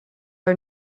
are